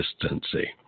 consistency